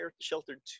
sheltered